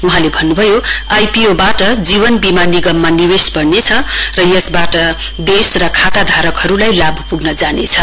वहाँले भन्नुभयो आईपिओ वाट जीवन वीमा निगममा निवेश बढ़नेछ र यसबाट देश र खाता धारकहरुलाई लाभ पुग्न जानेछ